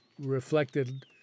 reflected